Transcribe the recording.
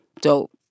dope